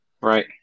Right